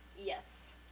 Yes